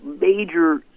major